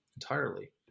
entirely